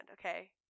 Okay